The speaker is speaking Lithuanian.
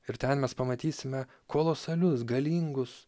ir ten mes pamatysime kolosalius galingus